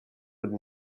would